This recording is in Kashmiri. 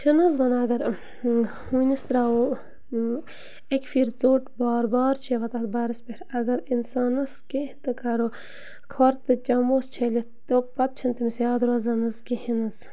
چھِنہٕ حظ وَنان اَگر ہوٗنِس ترٛاوَو اَکہِ پَھرِ ژوٚٹ بار بار چھِ واتان بَرَس پٮ۪ٹھ اَگر اِنسانَس کیٚنہہ تہٕ کَرو کھۄر تہِ چَموس چھٔلِتھ تہٕ پَتہٕ چھِنہٕ تٔمِس یاد روزان حظ کِہیٖنۍ حظ